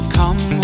come